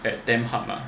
like damn hard lah